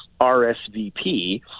RSVP